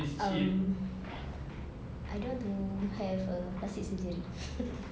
um I don't want to have a plastic surgery